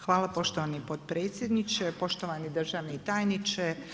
Hvala poštovani potpredsjedniče, poštovani državni tajniče.